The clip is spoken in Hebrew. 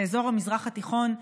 באזור המזרח התיכון,